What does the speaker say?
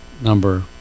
number